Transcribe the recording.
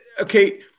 okay